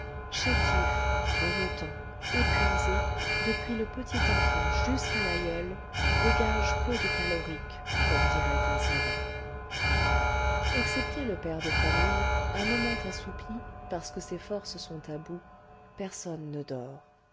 chétifs grelottants épuisés depuis le petit enfant jusqu'à l'aïeule dégagent peu de calorique comme dirait un savant excepté le père de famille un moment assoupi parce que ses forces sont à bout personne ne dort